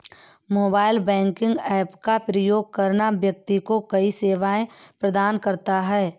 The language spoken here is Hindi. मोबाइल बैंकिंग ऐप का उपयोग करना व्यक्ति को कई सेवाएं प्रदान करता है